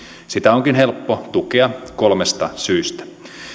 sitä onkin helppo tukea kolmesta syystä